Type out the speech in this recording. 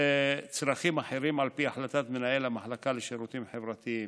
וצרכים אחרים על פי החלטת מנהל המחלקה לשירותים חברתיים.